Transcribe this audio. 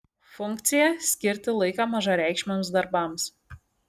funkcija skirti laiką mažareikšmiams darbams